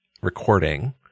recording